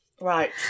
Right